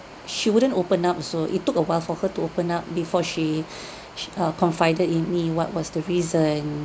she wouldn't open up so it took awhile for her to open up before she she uh confided in me what was the reason